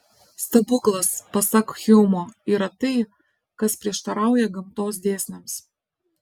stebuklas pasak hjumo yra tai kas prieštarauja gamtos dėsniams